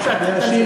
בבקשה, תמשיך.